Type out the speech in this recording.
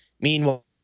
Meanwhile